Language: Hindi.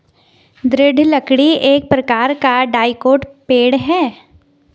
दृढ़ लकड़ी एक प्रकार का डाइकोट पेड़ है